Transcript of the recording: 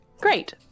Great